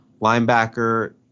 Linebacker